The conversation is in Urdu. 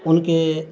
ان کے